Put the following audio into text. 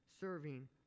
serving